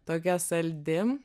tokia saldi